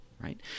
right